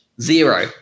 zero